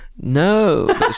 No